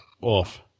off